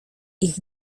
ich